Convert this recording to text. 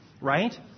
right